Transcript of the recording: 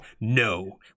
no